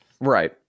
Right